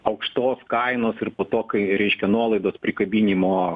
aukštos kainos ir po to kai reiškia nuolaidos prikabinimo